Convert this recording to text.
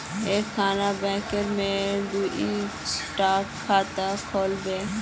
एक खान बैंकोत मोर दुई डा खाता खुल बे?